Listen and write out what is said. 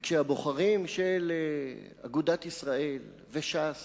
כשהבוחרים של אגודת ישראל וש"ס